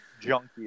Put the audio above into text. junkie